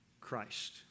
Christ